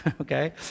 okay